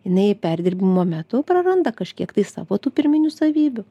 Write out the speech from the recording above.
jinai perdirbimo metu praranda kažkiek tai savo tų pirminių savybių